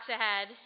ahead